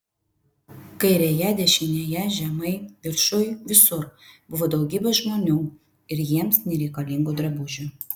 kairėje dešinėje žemai viršuj visur buvo daugybė žmonių ir jiems nereikalingų drabužių